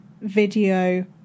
video